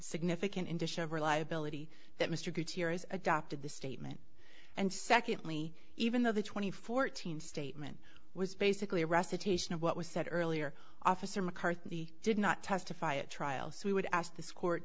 significant in dish of reliability that mr gutierrez adopted the statement and secondly even though the twenty fourteen statement was basically a recitation of what was said earlier officer mccarthy did not testify a trial so we would ask this court